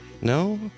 No